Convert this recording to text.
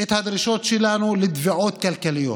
את הדרישות שלנו לתביעות כלכליות.